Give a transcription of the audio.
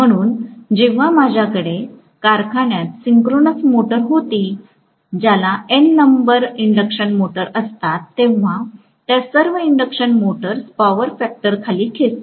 म्हणून जेव्हा माझ्याकडे कारखान्यात सिंक्रोनस मोटर होती ज्याला एन नंबर इंडक्शन मोटर्स असतात तेव्हा त्या सर्व इंडक्शन मोटर्स पॉवर फॅक्टर खाली खेचतील